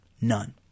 None